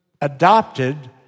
adopted